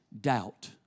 doubt